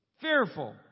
fearful